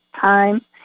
time